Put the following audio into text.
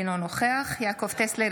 אינו נוכח יעקב טסלר,